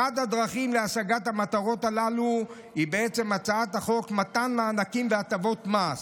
אחת הדרכים להשגת המטרות הללו היא בעצם הצעת חוק מתן מענקים והטבות מס.